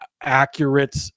accurate